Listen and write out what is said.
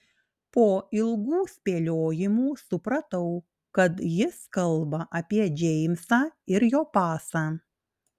po ilgų spėliojimų supratau kad jis kalba apie džeimsą ir jo pasą